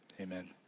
amen